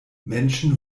menschen